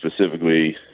specifically